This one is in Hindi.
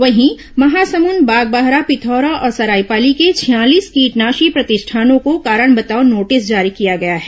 वहीं महासमुद बागबाहरा पिथौरा और सरायपाली के छियालीस कीटनाशी प्रतिष्ठानों को कारण बताओ नोटिस जारी किया गया है